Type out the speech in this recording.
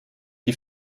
die